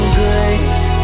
grace